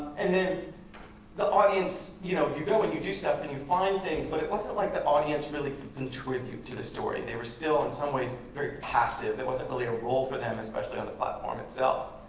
and then the audience, you know you go and you do stuff and you find things. but it wasn't like the audience really contributed to the story. they were still, in some ways, very passive. there wasn't really a role for them especially on the platform itself.